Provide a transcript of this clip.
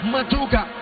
Maduga